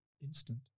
instant